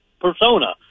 persona